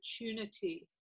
opportunity